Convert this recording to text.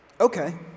okay